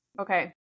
Okay